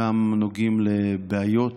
חלקם נוגעים לבעיות